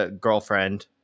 girlfriend